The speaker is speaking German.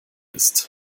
ist